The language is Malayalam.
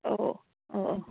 ഓ ഓ